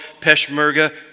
Peshmerga